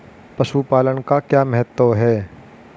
पशुपालन का क्या महत्व है?